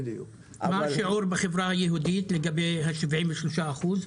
מה השיעור בחברה היהודית לגבי ה-73%?